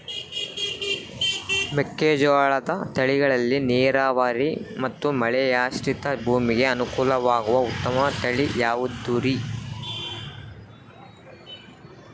ಮೆಕ್ಕೆಜೋಳದ ತಳಿಗಳಲ್ಲಿ ನೇರಾವರಿ ಮತ್ತು ಮಳೆಯಾಶ್ರಿತ ಭೂಮಿಗೆ ಅನುಕೂಲವಾಗುವ ಉತ್ತಮ ತಳಿ ಯಾವುದುರಿ?